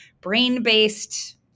brain-based